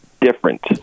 different